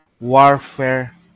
warfare